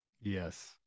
Yes